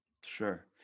Sure